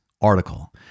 article